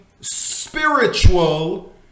spiritual